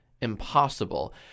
impossible